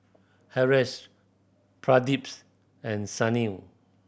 Haresh Pradips and Sunil